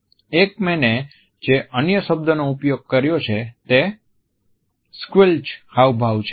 Ekman જે અન્ય શબ્દનો ઉપયોગ કરે છે તે સ્ક્વેલ્ચ હાવભાવ છે